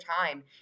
time